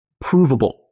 provable